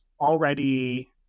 already